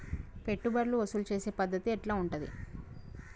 పెట్టుబడులు వసూలు చేసే పద్ధతి ఎట్లా ఉంటది?